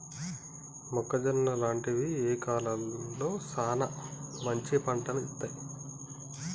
మొక్కజొన్న లాంటివి ఏ కాలంలో సానా మంచి పంటను ఇత్తయ్?